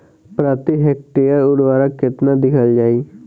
प्रति हेक्टेयर उर्वरक केतना दिहल जाई?